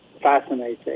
fascinating